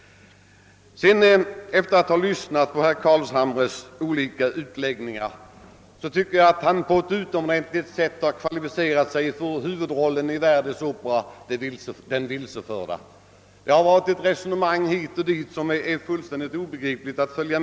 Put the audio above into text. Efter att ha lyssnat på herr Carlshamres olika utläggningar tycker jag att han utomordentligt väl har kvalificerat sig för huvudrollen i Verdis opera »Den vilseförda». Hans resonemang hit och dit har varit fullständigt omöjligt att följa.